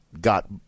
got